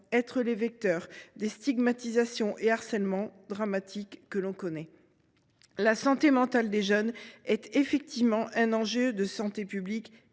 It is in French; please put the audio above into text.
être les vecteurs de stigmatisations et des situations de harcèlement dramatiques que l’on connaît. La santé mentale des jeunes est effectivement un enjeu de santé publique